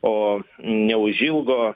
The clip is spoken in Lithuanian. o neužilgo